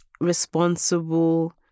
responsible